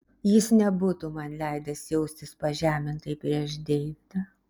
jis nebūtų man leidęs jaustis pažemintai prieš deividą